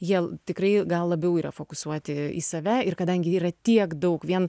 jie tikrai gal labiau yra fokusuoti į save ir kadangi yra tiek daug vien